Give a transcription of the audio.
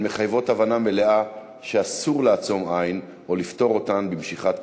הן מחייבות הבנה מלאה שאסור לעצום עין או לפטור אותן במשיכת כתף.